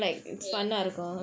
ya